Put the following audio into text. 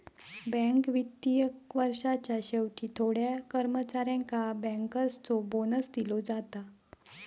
bank वित्तीय वर्षाच्या शेवटी थोड्या कर्मचाऱ्यांका बँकर्सचो बोनस दिलो जाता